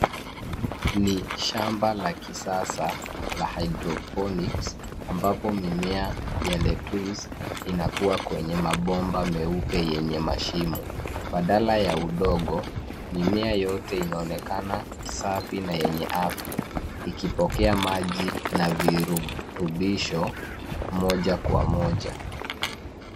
Ni shamba la kisasa la hydroponics ambapo mimea ya lettuce inakua kwenye mabomba meupe yenye mashimo. Badala ya udongo, mimea yote inaonekana safi na yenye afya, ikipokea maji na virutubisho moja kwa moja.